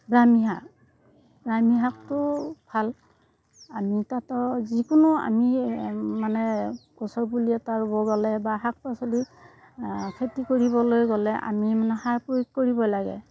ব্ৰাক্ষ্মী শাক ব্ৰাক্ষ্মী শাকটোও ভাল আমি অন্ততঃ যিকোনো আমি মানে গছৰ পুলি এটা ৰুৱ গ'লে বা শাক পাচলি খেতি কৰিবলৈ গ'লে আমি মানে সাৰ প্ৰয়োগ কৰিব লাগে